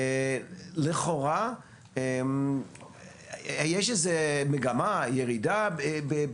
לכאורה יש מגמה של ירידה.